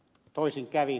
toisin kävi